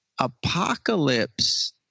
apocalypse